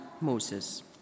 Moses